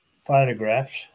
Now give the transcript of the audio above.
photographs